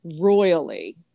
royally